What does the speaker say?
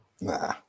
Nah